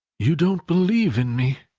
you don't believe in me,